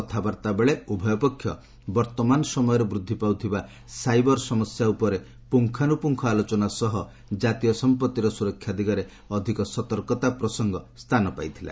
କଥାବାର୍ତ୍ତା ବେଳେ ଉଭୟ ପକ୍ଷ ବର୍ତ୍ତମାନ ସମୟରେ ବୃଦ୍ଧି ପାଉଥିବା ସାଇବର ସମସ୍ୟା ଉପରେ ପୁଙ୍ଗାନୁପୁଙ୍ଗ ଆଲୋଚନା ସହ ଜାତୀୟ ସମ୍ପ୍ରଭିର ସୁରକ୍ଷା ଦିଗରେ ଅଧିକ ସତର୍କତା ପ୍ରସଙ୍ଗ ସ୍ଥାନ ପାଇଥିଲା